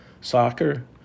soccer